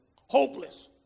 Hopeless